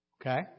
Okay